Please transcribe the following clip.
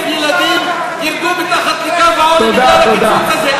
40,000 ילדים ירדו מתחת לקו העוני בגלל הקיצוץ הזה.